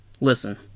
Listen